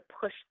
push